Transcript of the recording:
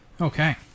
Okay